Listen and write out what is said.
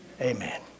Amen